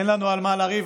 אין לנו על מה לריב.